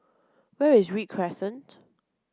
where is Read Crescent